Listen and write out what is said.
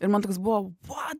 ir man toks buvo vat